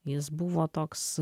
jis buvo toks